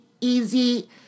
easy